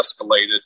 escalated